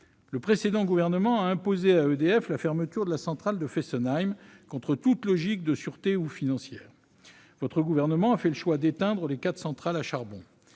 Le précédent gouvernement a imposé à EDF la fermeture de la centrale de Fessenheim, contre toute logique de sûreté ou financière. Le gouvernement auquel vous appartenez a fait le choix d'éteindre les quatre centrales à charbon.